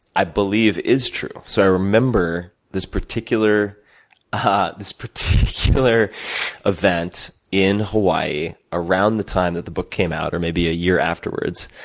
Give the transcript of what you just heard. i believe is true, because so i remember this particular um ah this particular event in hawaii, around the time that the book came out, or maybe a year afterwards,